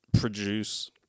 produce